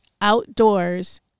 outdoors